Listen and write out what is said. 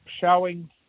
showing